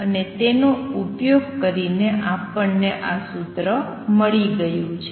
અને તેનો ઉપયોગ કરીને આપણને આ સૂત્ર મળી ગયું છે